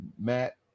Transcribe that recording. Matt